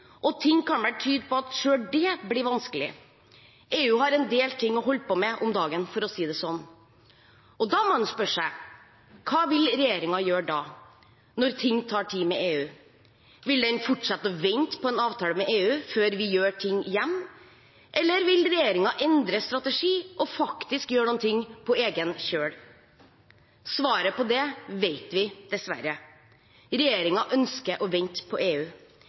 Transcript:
og ting kan vel tyde på at selv det blir vanskelig. EU har en del ting å holde på med om dagen, for å si det sånn. Da må man spørre seg: Hva vil regjeringen gjøre når ting tar tid med EU? Vil den fortsette å vente på en avtale med EU før vi gjør ting igjen, eller vil regjeringen endre strategi og faktisk gjøre noe på egen kjøl? Svaret på det vet vi dessverre. Regjeringen ønsker å vente på EU.